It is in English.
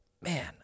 man